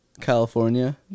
California